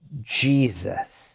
Jesus